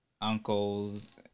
uncles